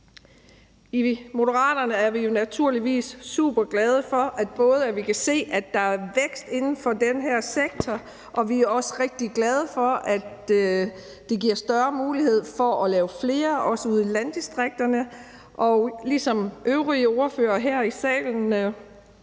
I Moderaterne er vi naturligvis superglade for, både at vi kan se, at der er vækst inden for den her sektor, og vi er også rigtig glade for, at det giver større mulighed for at lave flere, også ude i landdistrikterne. Ligesom øvrige partier her i salen